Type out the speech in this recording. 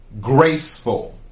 graceful